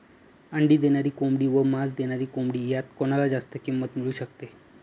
अंडी देणारी कोंबडी व मांस देणारी कोंबडी यात कोणाला जास्त किंमत मिळू शकते?